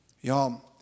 Y'all